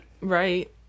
Right